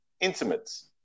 intimates